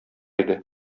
иде